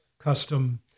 custom